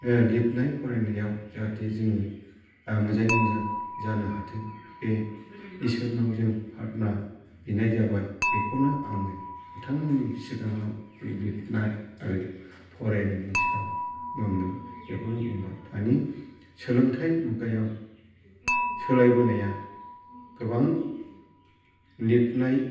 लिरनाय फरायनायाव जाहाथे जोङो मोजाङै मोजां जानो हाथों बे इसोरनाव जों प्रार्थना बिनाय जाबाय बेखौनो आङो बिथांमोननि सिगाङाव बे लिरनाय आरो फरायनायनि सायाव बुंनो बेखौनो बुंबाय दानि सोलोंथाय मुगायाव सोलायबोनाया गोबां लिरनाय